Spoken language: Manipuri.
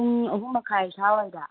ꯄꯨꯡ ꯑꯍꯨꯝ ꯃꯈꯥꯏ ꯁꯥꯏꯋꯥꯏꯗ